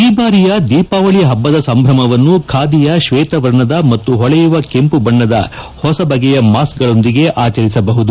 ಈ ಬಾರಿಯ ದೀಪಾವಳ ಹಬ್ಬದ ಸಂಭ್ರಮವನ್ನು ಖಾದಿಯ ಶ್ವೇತ ವರ್ಣದ ಮತ್ತು ಹೊಳೆಯುವ ಕೆಂಪು ಬಣ್ಣದ ಹೊಸ ಬಗೆಯ ಮಾಸ್ತ್ಗಳೊಂದಿಗೆ ಆಚರಿಸಬಹುದು